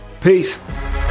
peace